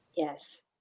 Yes